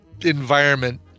environment